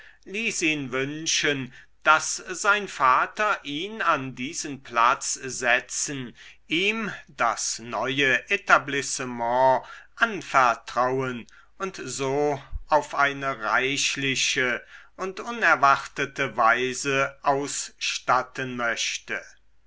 ihn wünschen daß sein vater ihn an diesen platz setzen ihm das neue etablissement anvertrauen und so auf eine reichliche und unerwartete weise ausstatten möchte